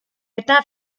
eta